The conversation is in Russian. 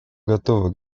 готовы